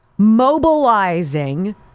mobilizing